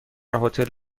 هتل